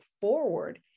forward